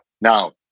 Now